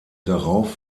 darauf